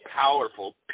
powerful